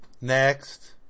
Next